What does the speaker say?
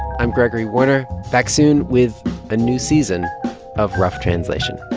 i'm gregory warner, back soon with a new season of rough translation